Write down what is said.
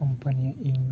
company ᱭᱟᱜ ᱤᱧ